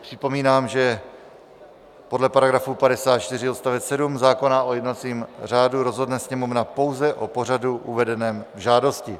Připomínám, že podle § 54 odst. 7 zákona o jednacím řádu rozhodne Sněmovna pouze o pořadu uvedeném v žádosti.